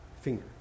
finger